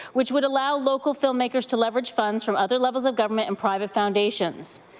which would allow local film makers to leverage funds from other levels of government and private foundations.